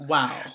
Wow